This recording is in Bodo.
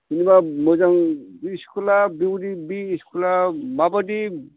जेनेबा मोजां बे स्कुला बेयावदि बे स्कुला माबायदि